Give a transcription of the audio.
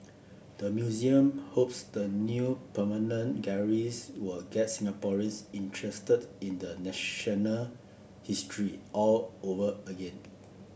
the museum hopes the new permanent galleries will get Singaporeans interested in the national history all over again